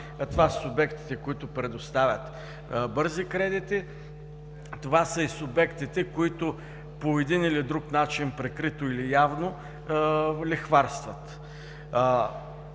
Това са субектите, които предоставят бързи кредити, това са и субектите, които по един или друг начин, прикрито или явно, лихварстват.